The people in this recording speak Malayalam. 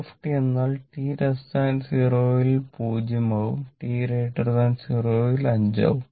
5 u എന്നാൽ t0 ൽ 0 ആവും t0 ൽ 5 ആവും